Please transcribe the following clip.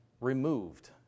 removed